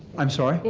i'm sorry?